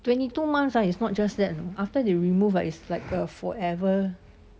twenty two months ah it's not just that uh after they remove ah it's like a forever